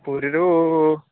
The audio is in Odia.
ପୁରୀରୁ